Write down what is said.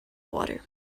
water